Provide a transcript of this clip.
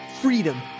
freedom